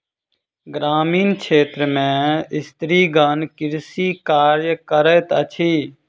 ग्रामीण क्षेत्र में स्त्रीगण कृषि कार्य करैत अछि